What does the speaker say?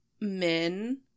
men